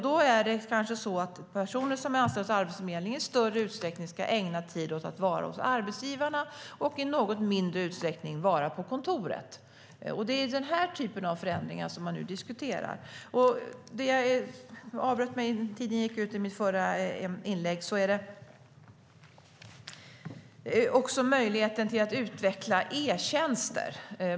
Då kanske personer som är anställda av Arbetsförmedlingen i större utsträckning ska ägna tid åt att vara hos arbetsgivarna och i något mindre utsträckning vara på kontoret. Det är denna typ av förändringar som man nu diskuterar. Talartiden gick ut innan jag hann avsluta mitt förra inlägg. Jag ville också ta upp möjligheten att utveckla e-tjänster.